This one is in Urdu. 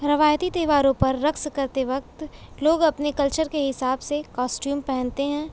روایتی تہواروں پر رقص کرتے وقت لوگ اپنے کلچر کے حساب سے کاسٹیوم پہنتے ہیں